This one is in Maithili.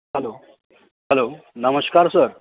हैलो हैलो नमस्कार सर